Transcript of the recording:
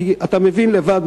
כי אתה מבין לבד,